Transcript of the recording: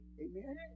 Amen